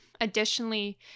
Additionally